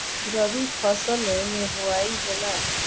रबी फसल मे बोआई होला?